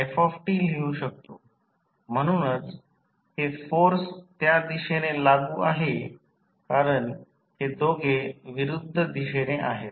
आपण f लिहू शकतो म्हणूनच हे फोर्स त्या दिशेने लागू आहे कारण हे दोघे विरुद्ध दिशेने आहेत